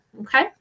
Okay